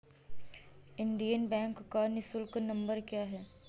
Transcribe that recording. Indian bank का निःशुल्क number क्या है?